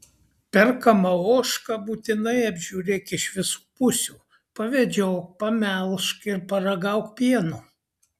perkamą ožką būtinai apžiūrėk iš visų pusių pavedžiok pamelžk ir paragauk pieno